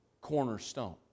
cornerstone